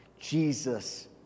Jesus